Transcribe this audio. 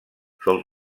sol